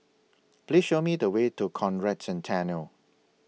Please Show Me The Way to Conrad Centennial